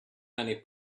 many